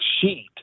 sheet